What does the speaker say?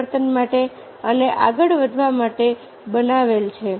પરિવર્તન માટે અને આગળ વધવા માટે બનાવેલ છે